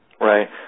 Right